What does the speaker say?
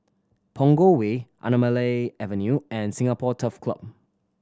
Punggol Way Anamalai Avenue and Singapore Turf Club